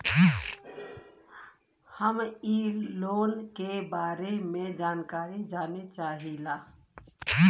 हम इ लोन के बारे मे जानकारी जाने चाहीला?